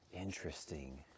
Interesting